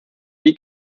wie